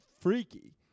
freaky